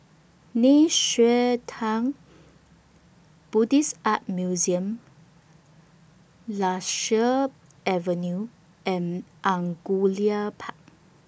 Nei Xue Tang Buddhist Art Museum Lasia Avenue and Angullia Park